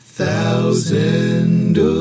thousand